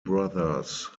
brothers